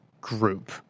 Group